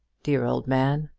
dear old man!